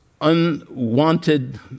unwanted